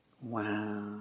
Wow